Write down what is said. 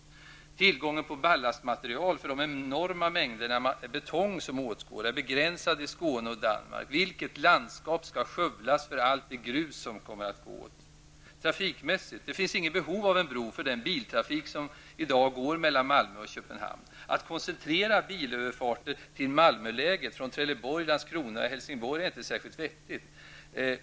Tillgången på ballastmaterial för de enorma mängderna betong som åtgår är begränsad i Skåne och Danmark. Vilket landskap skall skövlas för allt det grus som kommer att gå åt? Trafikmässigt finns det inget behov av en bro för den biltrafik som går mellan Malmö och Köpenhamn. Att koncentrera bilöverfarter till Helsingborg är inte särskilt vettigt.